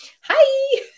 hi